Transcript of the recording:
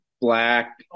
black